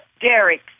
Derek